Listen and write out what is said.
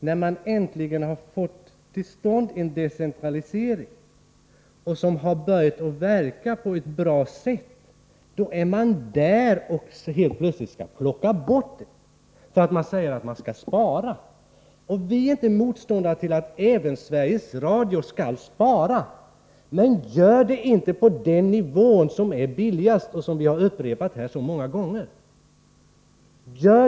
När man äntligen fått till stånd en decentralisering och när det har börjat gå bra, då skall man helt plötsligt göra inskränkningar. Man skall spara. Vi är inte motståndare till att även Sveriges Radio sparar. Men om man skall spara, får man inte göra det på den nivå där produktionen är billigast. Det har upprepats många gånger.